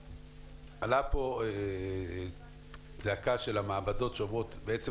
עלתה פה זעקה של המעבדות שאומרות 'בעצם